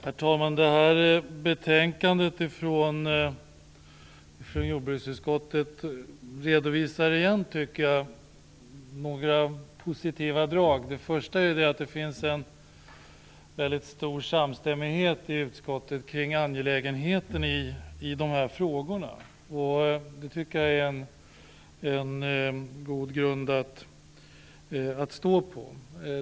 Herr talman! I detta betänkande från jordbruksutskottet redovisas igen några positiva drag. Först och främst finns det en stor samstämmighet i utskottet kring det angelägna i de här frågorna. Det tycker jag är en god grund att stå på.